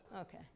Okay